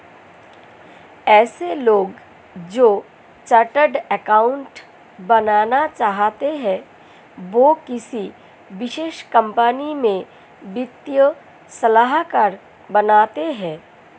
ऐसे लोग जो चार्टर्ड अकाउन्टन्ट बनना चाहते है वो किसी विशेष कंपनी में वित्तीय सलाहकार बनते हैं